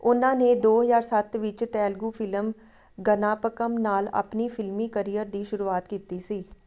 ਉਹਨਾਂ ਨੇ ਦੋ ਹਜ਼ਾਰ ਸੱਤ ਵਿੱਚ ਤੇਲਗੂ ਫ਼ਿਲਮ ਗਨਾਪਕਮ ਨਾਲ ਆਪਣੀ ਫਿਲਮੀ ਕਰੀਅਰ ਦੀ ਸ਼ੁਰੂਆਤ ਕੀਤੀ ਸੀ